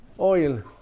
Oil